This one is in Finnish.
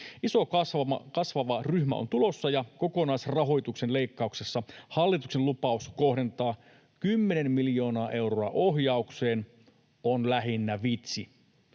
Iso, kasvava ryhmä on tulossa, ja kokonaisrahoituksen leikkauksessa hallituksen lupaus kohdentaa kymmenen miljoonaa euroa ohjaukseen on lähinnä vitsi.